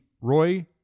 Roy